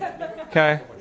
Okay